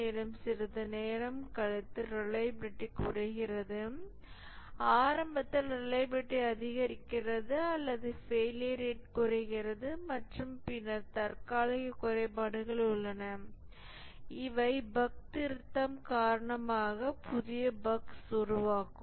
மேலும் சிறிது நேரம் கழித்து ரிலையபிலிடி குறைகிறது ஆரம்பத்தில் ரிலையபிலிடி அதிகரிக்கிறது அல்லது ஃபெயிலியர் ரேட் குறைகிறது மற்றும் பின்னர் தற்காலிக குறைபாடுகள் உள்ளன இவை பஃக் திருத்தம் காரணமாக புதிய பஃக்ஸ் உருவாக்கும்